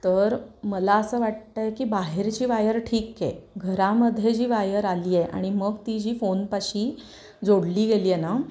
तर मला असं वाटतं आहे की बाहेरची वायर ठीक आहे घरामध्ये जी वायर आली आहे आणि मग ती जी फोनपाशी जोडली गेली आहे ना